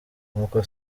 nkuko